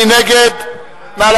מי נגד?